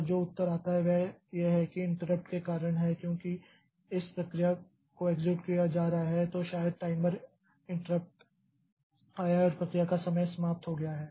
और जो उत्तर आता है वह यह है कि इंटरप्ट के कारण है क्योंकि जब इस प्रक्रिया को एक्सेक्यूट किया जा रहा है तो शायद टाइमर इंटरप्ट आया और प्रक्रिया का समय समाप्त हो गया है